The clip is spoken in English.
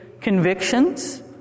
convictions